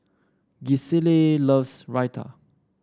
Gisselle loves Raita